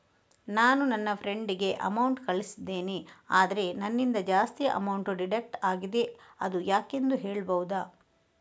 ನಾನು ನನ್ನ ಫ್ರೆಂಡ್ ಗೆ ಅಮೌಂಟ್ ಕಳ್ಸಿದ್ದೇನೆ ಆದ್ರೆ ನನ್ನಿಂದ ಜಾಸ್ತಿ ಅಮೌಂಟ್ ಡಿಡಕ್ಟ್ ಆಗಿದೆ ಅದು ಯಾಕೆಂದು ಹೇಳ್ಬಹುದಾ?